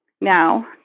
Now